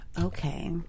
okay